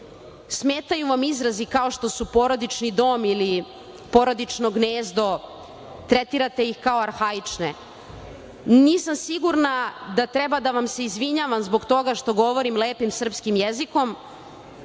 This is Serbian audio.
smetaju vam izrazi kao što su porodični dom ili porodično gnezdo, tretirate ih kao arhaične. Nisam sigurna da treba da vam se izvinjavam zbog toga što govorim lepim srpskim jezikom